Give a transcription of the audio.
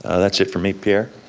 ah that's it for me, pierre?